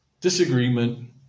disagreement